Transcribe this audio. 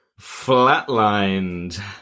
flatlined